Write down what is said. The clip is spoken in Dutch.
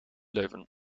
leuven